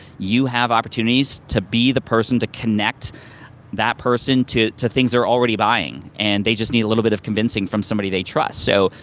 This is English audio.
you have opportunities to be the person to connect that person to to things they're already buying and they just need a little bit of convincing form somebody they trust. so,